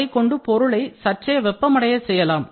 அதைக்கொண்டு பொருளை சற்றே வெப்பமடைய செய்யலாம்